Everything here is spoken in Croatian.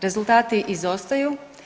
Rezultati izostaju.